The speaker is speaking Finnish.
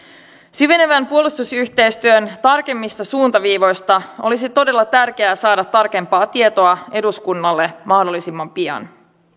syvenevän puolustusyhteistyön tarkemmista suuntaviivoista olisi todella tärkeää saada tarkempaa tietoa eduskunnalle mahdollisimman pian